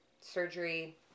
surgery